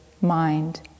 mind